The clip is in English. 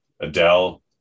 Adele